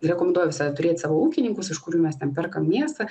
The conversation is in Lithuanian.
rekomenduoju visada turėt savo ūkininkus iš kurių mes ten perkam mėsą